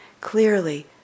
clearly